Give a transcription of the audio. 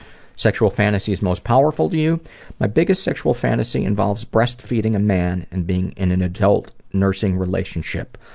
sexual fantasies most powerful to you my biggest sexual fantasy involves breast feeding a man and being in an adult nursing relationship.